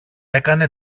έκανε